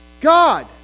God